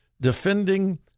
Defending